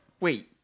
wait